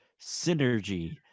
synergy